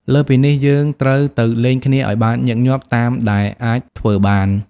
លើសពីនេះ យើងត្រូវទៅលេងគ្នាឲ្យបានញឹកញាប់តាមដែលអាចធ្វើបាន។